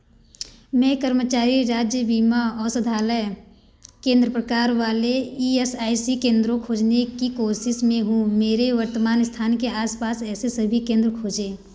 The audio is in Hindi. मैं कर्मचारी राज्य बीमा औषधालय केंद्र प्रकार वाले ई एस आई सी केंद्रों खोजने की कोशिश में हूँ मेरे वर्तमान स्थान के आस पास ऐसे सभी केंद्र खोजें